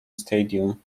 stadium